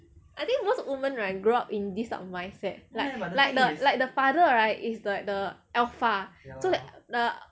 I think most of women right grow up in this kind of mindset like like the like the father right is like the alpha so that the